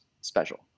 special